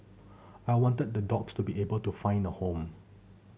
I wanted the dogs to be able to find a home